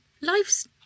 life's